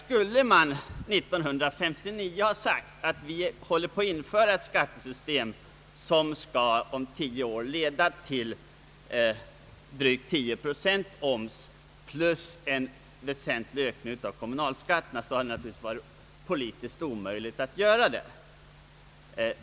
Skulle man 1959 ha sagt att mån håller på att införa ett skattesystem som skall om: 10 år leda till drygt 10 procent i omsättningsskatt plus en väsentlig ökning av kommunalskatten; hadé det naturligtvis varit politiskt omöjligt.